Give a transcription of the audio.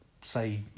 say